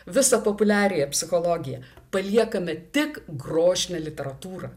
visą populiariąją psichologiją paliekame tik grožinę literatūrą